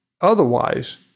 Otherwise